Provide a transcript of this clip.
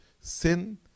sin